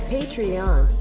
Patreon